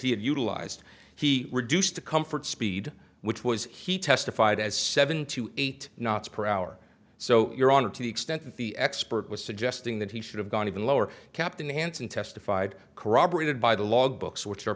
he had utilized he reduced the comfort speed which was he testified as seven to eight knots per hour so your honor to the extent that the expert was suggesting that he should have gone even lower captain hansen testified corroborated by the log books which are